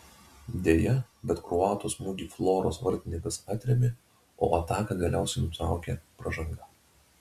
deja bet kroato smūgį floros vartininkas atrėmė o ataką galiausiai nutraukė pražanga